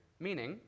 Meaning